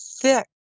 thick